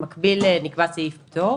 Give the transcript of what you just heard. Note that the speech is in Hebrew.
במקביל נקבע סעיף פטור